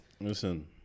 Listen